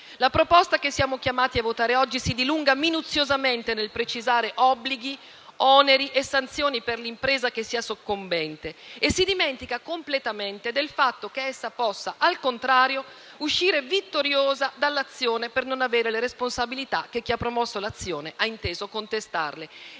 La proposta che siamo chiamati a votare oggi si dilunga minuziosamente nel precisare obblighi, oneri e sanzioni per l'impresa che sia soccombente e si dimentica completamente del fatto che essa possa, al contrario, uscire vittoriosa dall'azione per non avere le responsabilità che chi ha promosso l'azione ha inteso contestarle.